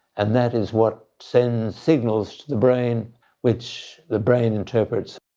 and that is what sends signals to the brain which the brain interprets.